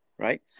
right